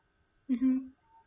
mmhmm